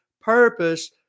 purpose